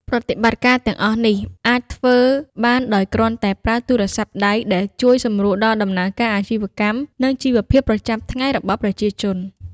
ប្រតិបត្តិការទាំងអស់នេះ អាចធ្វើបានដោយគ្រាន់តែប្រើទូរស័ព្ទដៃ ដែលជួយ សម្រួលដល់ដំណើរការអាជីវកម្ម និងជីវភាពប្រចាំថ្ងៃរបស់ប្រជាជន។